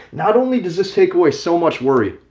not only does this take away so much worry,